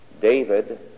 David